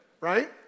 right